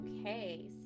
Okay